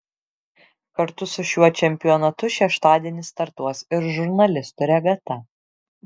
kartu su šiuo čempionatu šeštadienį startuos ir žurnalistų regata